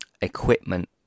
equipment